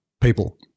people